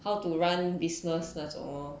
how to run business 那种 lor